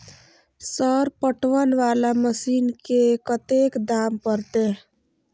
Sir पटवन वाला machine के कतेक दाम परतें?